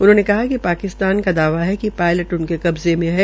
उन्होंने कहा कि पाकिस्तान का दावा किया है कि पायलट उनके कब्जे मे है